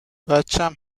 بچم